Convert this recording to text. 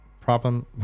problem